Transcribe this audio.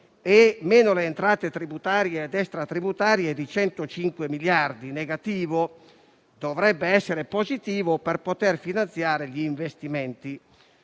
meno le entrate tributarie ed extratributarie, è di 105 miliardi in negativo. Dovrebbe essere invece positivo per poter finanziare gli investimenti.